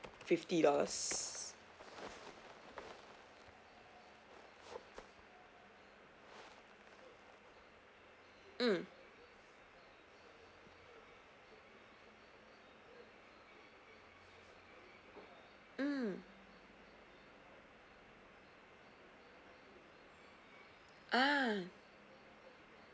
fifty dollars mm mm ah